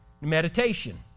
Meditation